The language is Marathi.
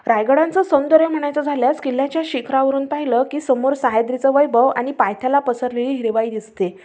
रायगडांचं सौंदर्य म्हणायचं झाल्यास किल्ल्याच्या शिखरावरून पाहिलं की समोर सह्याद्रीचं वैभव आणि पायथ्याला पसरलेली हिरवाई दिसते